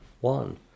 One